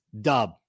dub